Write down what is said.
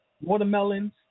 watermelons